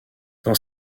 dans